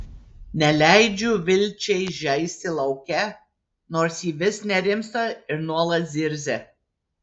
neleidžiu vilčiai žaisti lauke nors ji vis nerimsta ir nuolat zirzia